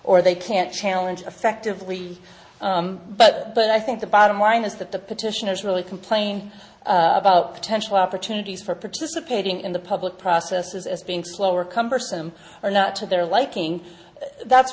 or they can't challenge effectively but but i think the bottom line is that the petitioners really complain about potential opportunities for participating in the public process as being slow or cumbersome or not to their liking that's